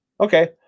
Okay